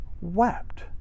wept